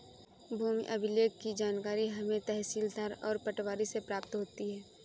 भूमि अभिलेख की जानकारी हमें तहसीलदार और पटवारी से प्राप्त होती है